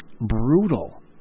brutal